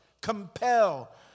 compel